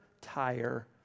tire